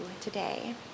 today